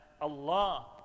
Allah